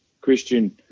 Christian